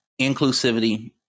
inclusivity